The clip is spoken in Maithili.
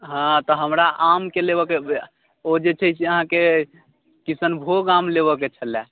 हँ तऽ हमरा आमके लेबऽ के ओ जे छै से अहाँकेँ किशनभोग आम लेबऽके छलै